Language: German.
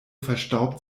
verstaubt